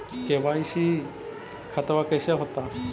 KYC खतबा कैसे होता?